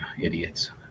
Idiots